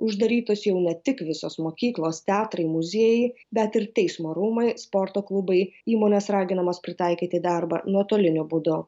uždarytos jau ne tik visos mokyklos teatrai muziejai bet ir teismo rūmai sporto klubai įmonės raginamos pritaikyti darbą nuotoliniu būdu